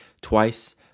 twice